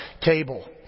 table